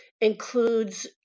includes